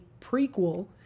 prequel